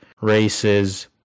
races